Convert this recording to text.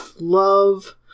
love